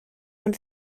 ond